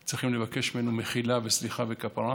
צריכים לבקש ממנו מחילה וסליחה וכפרה,